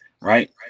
right